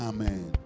Amen